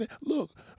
Look